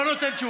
לא נותן תשובה.